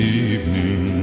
evening